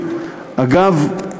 אגב,